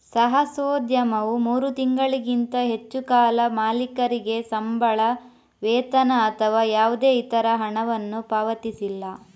ಸಾಹಸೋದ್ಯಮವು ಮೂರು ತಿಂಗಳಿಗಿಂತ ಹೆಚ್ಚು ಕಾಲ ಮಾಲೀಕರಿಗೆ ಸಂಬಳ, ವೇತನ ಅಥವಾ ಯಾವುದೇ ಇತರ ಹಣವನ್ನು ಪಾವತಿಸಿಲ್ಲ